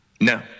No